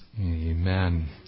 amen